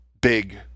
big